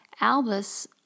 Albus